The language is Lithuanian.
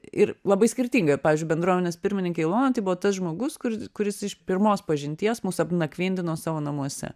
ir labai skirtingai pavyzdžiui bendruomenės pirmininkė ilona tai buvo tas žmogus kur kuris iš pirmos pažinties mus apnakvindino savo namuose